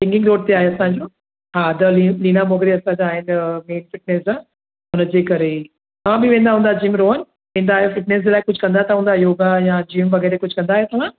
linking Road ते आहे असांजो हा द लीना मोगरिया जे उनजे करे ई तव्हां बि वेंदा हूंदा जिम रोहन ईंदा आयो त फ़िट्नेस जे लाइ कुझु कंदा त हूंदा योगा या जिम वग़ैरह कुझु कंदा आयो तव्हां